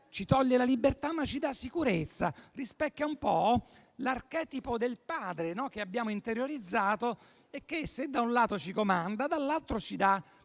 Ci toglie la libertà, ma ci dà sicurezza. Rispecchia un po' l'archetipo del padre che abbiamo interiorizzato e che, se da un lato ci comanda, dall'altro ci dà